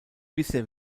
bisher